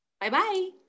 Bye-bye